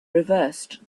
reversed